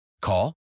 Call